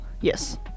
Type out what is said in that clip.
Yes